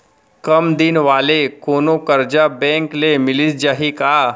कम दिन वाले कोनो करजा बैंक ले मिलिस जाही का?